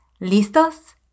¿Listos